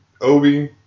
Obi